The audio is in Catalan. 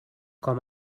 com